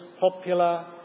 popular